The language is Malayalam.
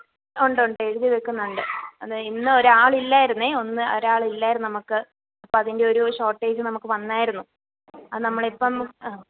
ഉണ്ട് ഉണ്ട് എഴുതി വെക്കുന്നുണ്ട് അത് ഇന്ന് ഒരാളില്ലായിരുന്നു ഒന്ന് ഒരാളില്ലായിരുന്നു നമുക്ക് അപ്പം അതിന്റെ ഒരു ഷോർട്ടേജ് നമുക്ക് വന്നായിരുന്നു അത് നമ്മൾ ഇപ്പം ആ